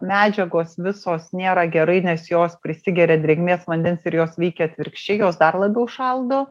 medžiagos visos nėra gerai nes jos prisigeria drėgmės vandens ir jos veikia atvirkščiai jos dar labiau šaldo